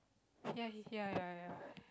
ya he ya ya ya